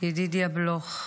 וידידיה בלוך.